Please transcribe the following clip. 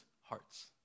hearts